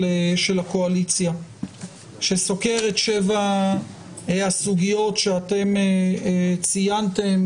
הקואליציה שסוקר את 7 הסוגיות שאתם ציינתם,